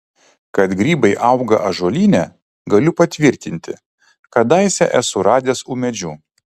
kad grybai auga ąžuolyne galiu patvirtinti kadaise esu radęs ūmėdžių